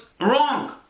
wrong